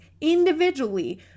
individually